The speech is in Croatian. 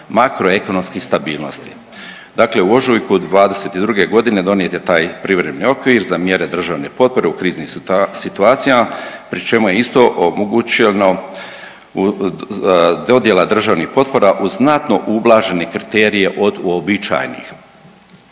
makroekonomske stabilnosti. Dakle u ožujku od '22. g. donijet je taj Privremeni okvir za mjere državne potpore u kriznim situacijama, pri čemu je isto omogućeno dodjela državnih potpora uz znatno ublažene kriterije od uobičajenih.